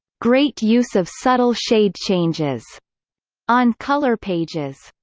great use of subtle shade changes on color pages,